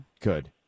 good